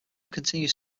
continues